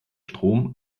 strom